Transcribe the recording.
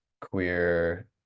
queer